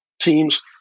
teams